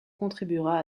contribuera